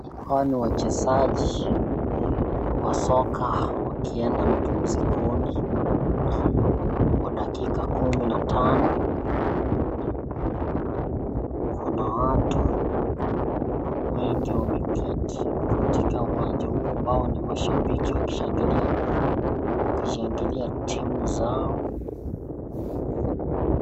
Hawa ni wachezaji wa soka wakienda mapumzikoni. Kwa dakika kumi na tano na Kuna watu wengi wameketi katika uwanja huo ambao ni mashabiki wakishangilia timu zao